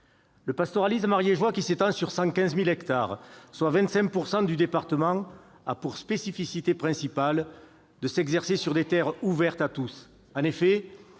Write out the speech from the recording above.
Le pastoralisme ariégeois qui s'étend sur 115 000 hectares, soit 25 % du territoire du département, a pour spécificité principale de s'exercer sur des terres ouvertes à tous.